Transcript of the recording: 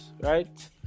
right